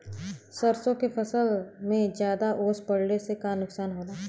सरसों के फसल मे ज्यादा ओस पड़ले से का नुकसान होला?